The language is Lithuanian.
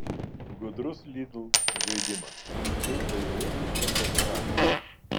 gudrus lidl žaidimas kaip laimėti nieko nedarant